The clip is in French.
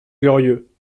glorieux